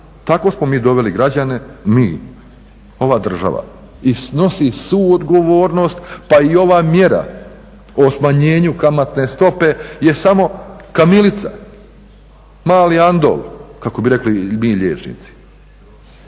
Tako smo mi doveli građane, mi, ova država i snosi svu odgovornost. Pa i ova mjera o smanjenju kamatne stope je samo kamilica, mali andol kako bi rekli mi liječnici,